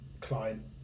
client